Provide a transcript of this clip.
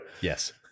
Yes